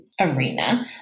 arena